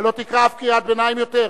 ולא תקרא אף קריאת ביניים יותר?